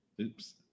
Oops